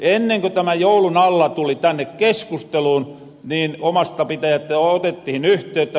ennen ku tämä joulun alla tuli tänne keskusteluun niin omasta pitäjästä otettihin yhteyttä